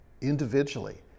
individually